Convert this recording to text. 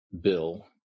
bill